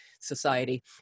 society